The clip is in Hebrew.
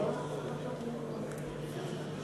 חברת הכנסת זהבה